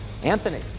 Anthony